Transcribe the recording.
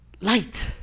light